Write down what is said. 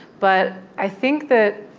but i think that